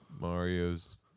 Mario's